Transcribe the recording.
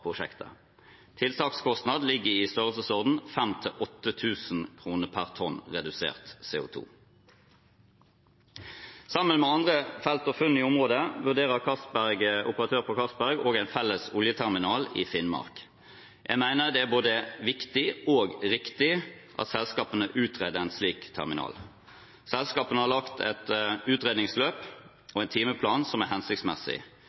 prosjektet. Tiltakskostnadene ligger i størrelsesorden 5 000–8 000 kr per tonn redusert CO 2 . Sammen med andre felt og funn i området vurderer operatør på Johan Castberg-feltet også en felles oljeterminal i Finnmark. Jeg mener det er både viktig og riktig at selskapene utreder en slik terminal. Selskapene har lagt et utredningsløp og en timeplan som er hensiktsmessig.